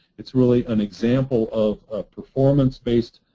it's really an example of performance based